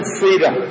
freedom